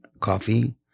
coffee